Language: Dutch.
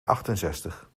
achtenzestig